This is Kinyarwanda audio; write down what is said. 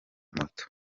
moto